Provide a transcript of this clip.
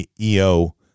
EO